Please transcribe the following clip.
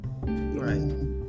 Right